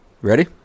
Ready